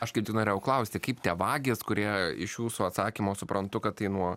aš kaip tik norėjau klausti kaip tie vagys kurie iš jūsų atsakymo suprantu kad tai nuo